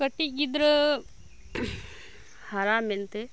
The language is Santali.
ᱠᱟᱴᱤᱡ ᱜᱤᱫᱽᱨᱟᱹ ᱦᱟᱨᱟ ᱢᱮᱱᱛᱮ